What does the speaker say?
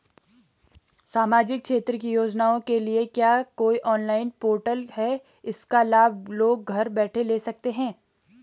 सामाजिक क्षेत्र की योजनाओं के लिए क्या कोई ऑनलाइन पोर्टल है इसका लाभ लोग घर बैठे ले सकते हैं?